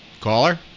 Caller